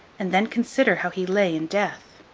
and then consider how he lay in death!